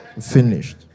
Finished